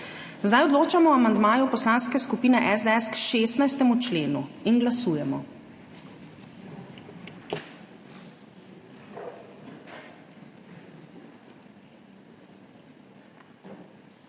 Zdaj odločamo o amandmaju Poslanske skupine SDS k 16. členu. Glasujemo.